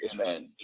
Amen